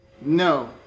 No